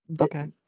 Okay